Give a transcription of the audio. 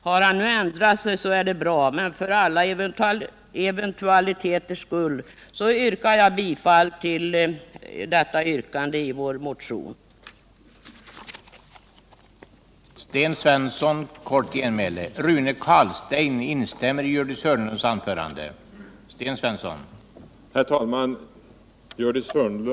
Har han nu ändrat sig så är det bra, men för alla eventualiteters skull yrkar jag bifall till vad vi hemställt i vår motion på denna punkt.